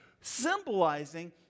symbolizing